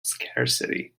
scarcity